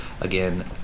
again